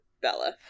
Bella